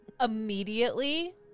Immediately